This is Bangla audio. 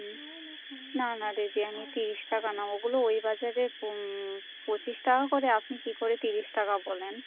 হুম না না দিদি আমি তিরিশ টাকা ওগুলো ওই বাজারে পঁচিশ টাকা করে আপনি কী করে তিরিশ টাকা বলেন